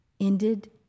ended